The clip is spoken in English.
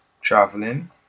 traveling